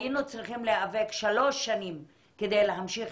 היינו צריכים להיאבק שלוש שנים כדי להמשיך